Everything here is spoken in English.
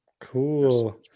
Cool